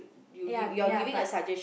ya ya but